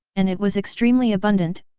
and it was extremely abundant,